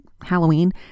Halloween